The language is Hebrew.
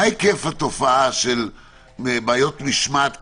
מה היקף התופעה של בעיות משמעת קשות,